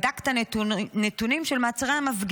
והוא בדק את הנתונים של מעצרי המפגינים,